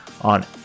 on